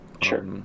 Sure